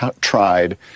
tried